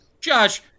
Josh